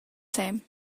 same